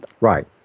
Right